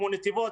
כמו נתיבות,